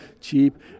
cheap